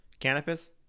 Canopus